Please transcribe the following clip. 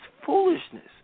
foolishness